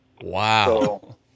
Wow